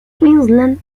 queensland